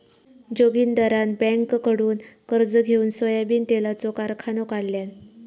जोगिंदरान बँककडुन कर्ज घेउन सोयाबीन तेलाचो कारखानो काढल्यान